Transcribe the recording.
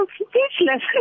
speechless